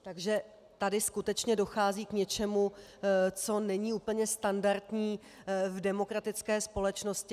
Takže tady skutečně dochází k něčemu, co není úplně standardní v demokratické společnosti.